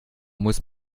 muss